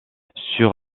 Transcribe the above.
sur